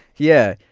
yeah.